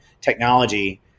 technology